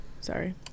Sorry